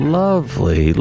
lovely